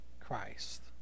Christ